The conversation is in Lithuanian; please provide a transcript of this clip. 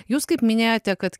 jūs kaip minėjote kad